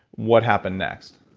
what happen next?